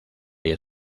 día